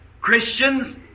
Christians